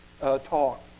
talk